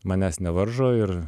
manęs nevaržo ir